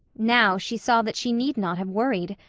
now she saw that she need not have worried.